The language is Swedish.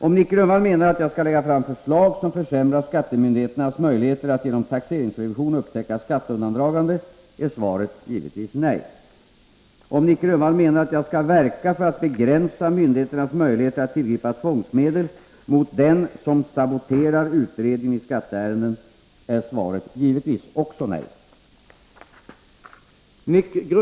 Om Nic Grönvall menar att jag skall lägga fram förslag som försämrar skattemyndigheternas möjligheter att genom taxeringsrevision upptäcka skatteundandragande är svaret givetvis nej. Om Nic Grönvall menar att jag skall verka för att begränsa myndigheternas möjligheter att tillgripa tvångsmedel mot den som saboterar utredningen i skatteärenden är svaret givetvis också nej.